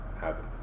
happen